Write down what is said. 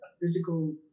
physical